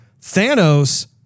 Thanos